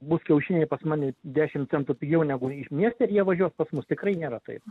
bus kiaušiniai pas mane dešim centų pigiau negu iš mieste ir jie važiuos pas mus tikrai nėra taip